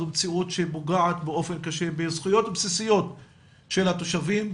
זו מציאות שפוגעת באופן קשה בזכויות בסיסיות של התושבים,